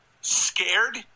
Scared